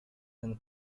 and